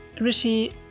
Rishi